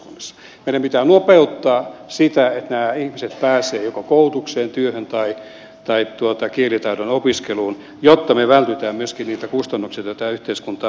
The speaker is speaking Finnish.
meidän pitää nopeuttaa sitä että nämä ihmiset pääsevät joko koulutukseen työhön tai kielitaidon opiskeluun jotta me vältymme myöskin niiltä kustannuksilta joita tämä yhteiskuntaan muuten tuo